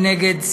מנגד,